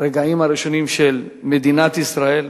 מהרגעים הראשונים של מדינת ישראל,